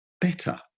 better